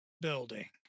building